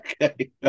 Okay